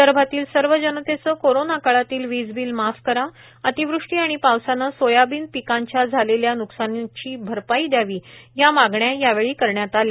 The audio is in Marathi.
विदर्भातील सर्व जनतेचे कोरोंना काळातील वीज बिल माफ करा अतिवृष्टी आणि पावसाने सोयाबीन पिकांचे झालेले नुकसणाची भरपाई दयावी या मागण्या या वेळी करण्यात आल्या